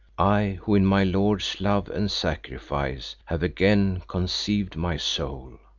i who in my lord's love and sacrifice have again conceived my soul.